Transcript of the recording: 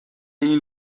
این